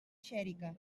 xèrica